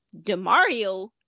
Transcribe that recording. Demario